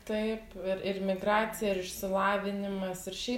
taip ir migracija ir išsilavinimas ir šiaip